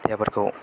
देहाफोरखौ